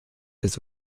ist